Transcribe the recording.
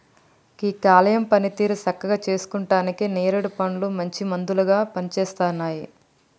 గీ కాలేయం పనితీరుని సక్కగా సేసుకుంటానికి నేరేడు పండ్లు మంచి మందులాగా పనిసేస్తున్నాయి